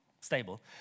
stable